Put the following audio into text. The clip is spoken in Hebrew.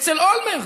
אצל אולמרט,